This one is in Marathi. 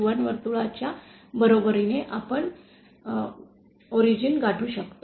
G1 वर्तुळाच्या बरोबरीने आपण मूळ गाठू शकतो